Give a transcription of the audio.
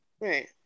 right